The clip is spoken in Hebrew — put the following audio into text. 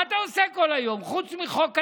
מה אתה עושה כל היום, חוץ מחוק הדיינים?